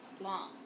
long